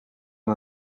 aan